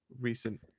recent